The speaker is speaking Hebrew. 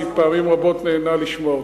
אני פעמים רבות נהנה לשמוע אותך.